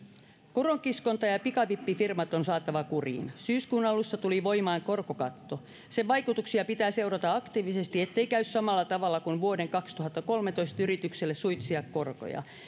koronkiskonta ja ja pikavippifirmat on saatava kuriin syyskuun alussa tuli voimaan korkokatto sen vaikutuksia pitää seurata aktiivisesti ettei käy samalla tavalla kuin vuoden kaksituhattakolmetoista yritykselle suitsia korkoja